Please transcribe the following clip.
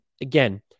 again